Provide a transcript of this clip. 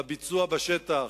בביצוע בשטח,